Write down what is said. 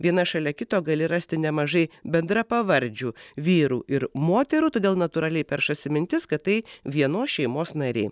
vieną šalia kito gali rasti nemažai bendrapavardžių vyrų ir moterų todėl natūraliai peršasi mintis kad tai vienos šeimos nariai